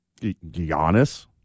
Giannis